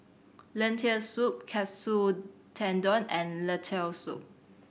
Lentil Soup Katsu Tendon and Lentil Soup